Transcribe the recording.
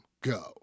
Go